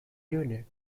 unit